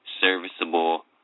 serviceable